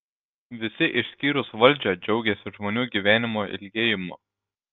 visi išskyrus valdžią džiaugiasi žmonių gyvenimo ilgėjimu